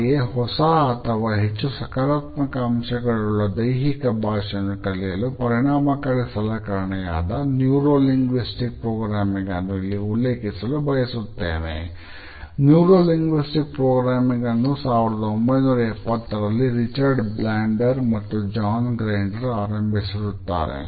ಹಾಗೆಯೇ ಹೊಸ ಅಥವಾ ಹೆಚ್ಚು ಸಕಾರಾತ್ಮಕ ಅಂಶಗಳುಳ್ಳ ದೈಹಿಕ ಭಾಷೆಯನ್ನು ಕಲಿಯಲು ಪರಿಣಾಮಕಾರಿ ಸಲಕರಣೆಯಾದ ನ್ಯೂರೋ ಲಿಂಗ್ವಿಸ್ಟಿಕ್ ಪ್ರೋಗ್ರಾಮಿಂಗ್ ಅನ್ನು 1970 ರಲ್ಲಿ ರಿಚರ್ಡ್ ಬ್ಯಾಂಡ್ಲರ್ ಮತ್ತು ಜಾನ್ ಗ್ರೈಂಡರ್ ಆರಂಭಿಸುತ್ತಾರೆ